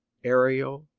aerial,